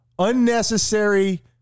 Unnecessary